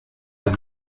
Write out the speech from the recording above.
ein